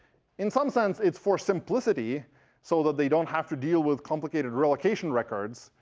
in some sense, it's for simplicity so that they don't have to deal with complicated relocation records,